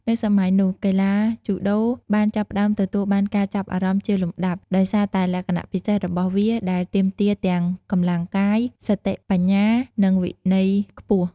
នៅសម័យនោះ កីឡាយូដូបានចាប់ផ្តើមទទួលបានការចាប់អារម្មណ៍ជាលំដាប់ ដោយសារតែលក្ខណៈពិសេសរបស់វាដែលទាមទារទាំងកម្លាំងកាយ សតិបញ្ញា និងវិន័យខ្ពស់ ។